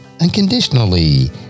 unconditionally